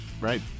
Right